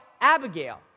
Abigail